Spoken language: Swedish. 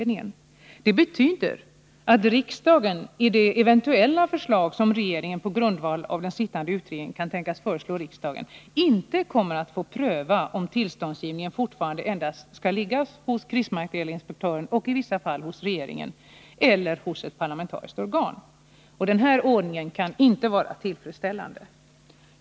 Detta betyder att riksdagen i det förslag som regeringen på grundval av den sittande utredningen kan tänkas föreslå riksdagen inte kommer att få pröva om tillståndsgivningen fortfarande endast skall ligga hos krigsmaterielinspektören och i vissa fall hos regeringen, eller hos ett parlamentariskt organ. Den här ordningen kan inte vara tillfredsställande.